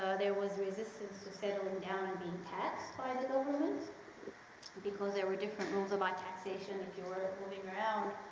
there was resistance to settle and down and being taxed by the government because there were different rules about taxation if you weren't moving around.